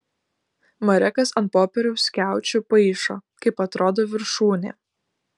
marekas ant popieriaus skiaučių paišo kaip atrodo viršūnė